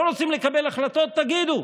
לא רוצים לקבל החלטות, תגידו.